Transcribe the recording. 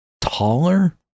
taller